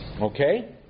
Okay